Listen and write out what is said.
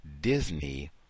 Disney